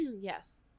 Yes